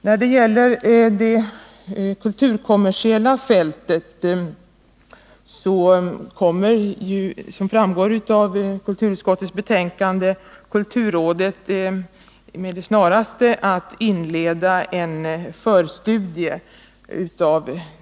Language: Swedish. När det gäller det kulturkommersiella fältet kommer, som framgår av kulturutskottets betänkande, kulturrådet med det snaraste att inleda en förstudie.